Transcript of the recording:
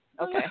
okay